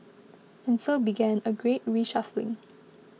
and so began a great reshuffling